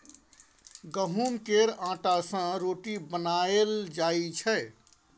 गहुँम केर आँटा सँ रोटी बनाएल जाइ छै